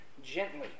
gently